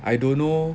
I don't know